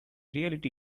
reality